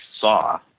saw